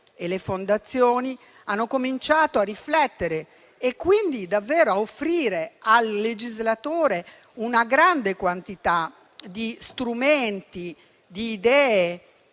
e fondazioni, hanno cominciato a riflettere e quindi a offrire davvero al legislatore una grande quantità di strumenti, di idee,